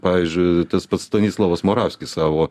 pavyzdžiui tas pats stanislovas moravskis savo